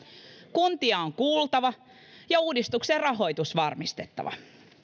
kuntia on kuultava ja uudistuksen rahoitus varmistettava